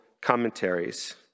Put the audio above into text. commentaries